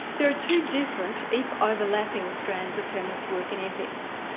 there are two different, if overlapping, strands of feminist work in ethics.